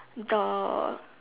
the